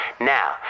Now